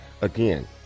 Again